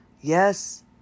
Yes